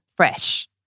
Fresh